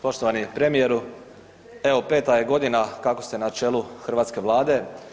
Poštovani premijeru, evo peta je godina kako ste na čelu hrvatske Vlade.